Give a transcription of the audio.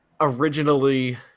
originally